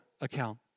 account